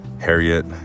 harriet